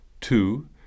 Two